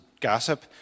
gossip